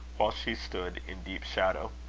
while she stood in deep shadow.